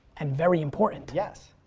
and very important. yes,